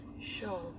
Sure